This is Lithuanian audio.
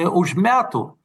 už metų